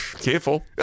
Careful